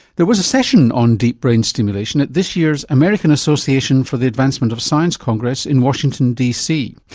there was a session on deep brain stimulation at this year's american association for the advancement of science congress in washington dc.